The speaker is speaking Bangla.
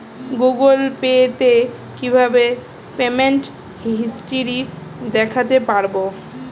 গুগোল পে তে কিভাবে পেমেন্ট হিস্টরি দেখতে পারবো?